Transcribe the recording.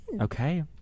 Okay